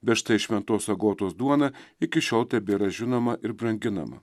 bet štai šventos agotos duona iki šiol tebėra žinoma ir branginama